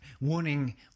warning